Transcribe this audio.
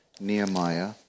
Nehemiah